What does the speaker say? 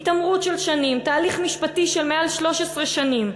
התעמרות של שנים, תהליך משפטי של יותר מ-13 שנים.